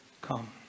come